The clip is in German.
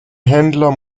händler